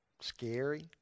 Scary